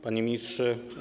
Panie Ministrze!